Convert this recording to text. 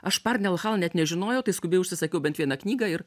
aš parnel hal net nežinojau tai skubiai užsisakiau bent vieną knygą ir